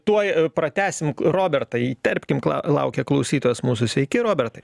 tuoj pratęsim robertą įterpkim kla laukia klausytojas mūsų sveiki robertai